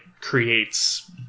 creates